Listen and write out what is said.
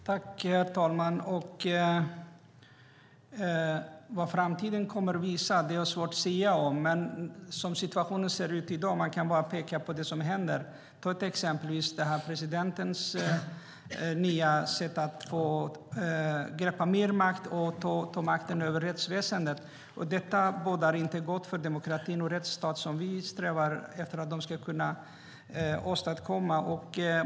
Herr talman! Vad framtiden kommer att visa är det svårt att sia om. Men man kan ta situationen som den ser ut i dag. Man kan bara peka på det som händer. Ta exempelvis presidentens nya sätt att greppa mer makt och ta makten över rättsväsendet. Detta bådar inte gott för demokratin och rättsstaten, som vi strävar efter att de ska kunna åstadkomma.